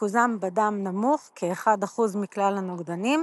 ריכוזם בדם נמוך, כ-1% מכלל הנוגדנים.